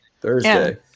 Thursday